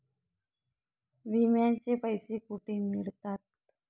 विम्याचे पैसे कुठे मिळतात?